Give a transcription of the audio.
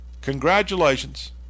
congratulations